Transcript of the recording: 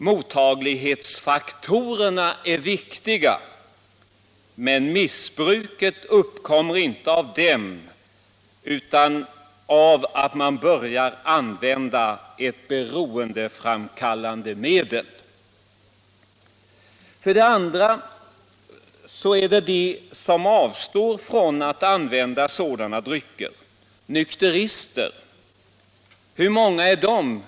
Mottaglighetsfaktorerna är viktiga, men missbruket uppkommer inte av dem utan av att man börjar använda ett beroendeframkallande medel. För det andra finns det de som avstår från att använda alkoholdrycker, nämligen nykterister. Hur många är de?